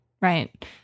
right